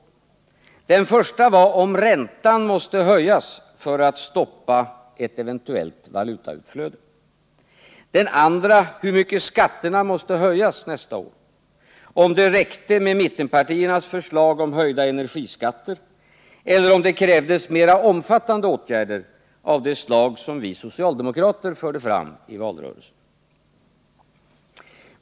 Den första var om räntan måste höjas för att ett eventuellt valutautflöde skulle stoppas. Den andra var hur mycket skatterna måste höjas nästa år — om det räckte med mittenpartiernas förslag om höjda energiskatter eller om det skulle krävas mera omfattande åtgärder, av det slag som vi socialdemokrater föreslog i valrörelsen.